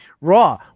Raw